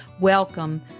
Welcome